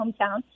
hometown